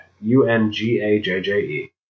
u-n-g-a-j-j-e